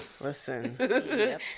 Listen